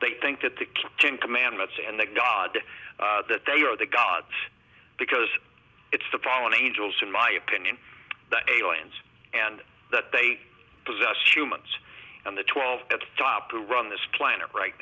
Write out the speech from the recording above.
they think that the kitchen commandments and the god that they are the gods because it's the fallen angels in my opinion that aliens and that they possess humans and the twelve at the top to run this planet right